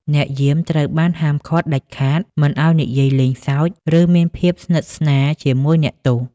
អ្នកយាមត្រូវបានហាមឃាត់ដាច់ខាតមិនឱ្យនិយាយលេងសើច ឬមានភាពស្និទ្ធស្នាលជាមួយអ្នកទោស។